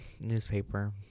newspaper